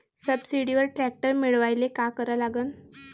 सबसिडीवर ट्रॅक्टर मिळवायले का करा लागन?